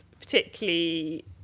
particularly